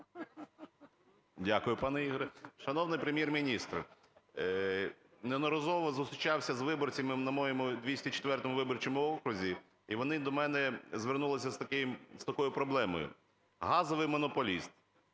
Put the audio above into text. Дякую, пане Ігоре. Шановний Прем’єр-міністр, неодноразово зустрічався з виборцями на моєму 204 виборчому окрузі, і вони до мене звернулися з такою проблемою. Газовий монополіст